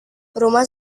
rumah